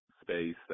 space